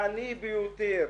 העני ביותר,